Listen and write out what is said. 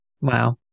Wow